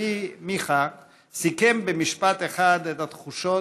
8526, 8531, 8582, 8599, 8600 ו-8605.